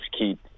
keep